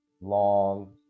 long